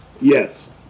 Yes